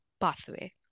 pathway